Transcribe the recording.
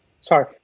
sorry